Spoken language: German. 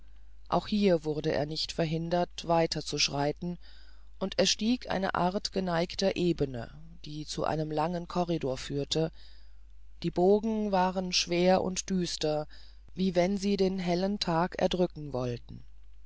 auch hier wurde er nicht verhindert weiter zu schreiten und erstieg eine art geneigter ebene die zu einem langen corridor führte die bogen waren schwer und düster wie wenn sie den hellen tag erdrücken wollten